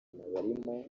barimo